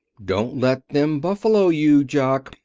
don't let them buffalo you, jock,